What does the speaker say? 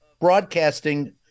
broadcasting